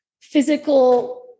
physical